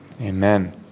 amen